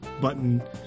button